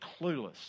clueless